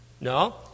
No